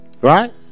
Right